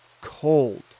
cold